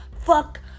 Fuck